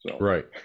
Right